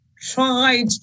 tried